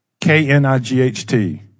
K-N-I-G-H-T